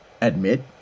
admit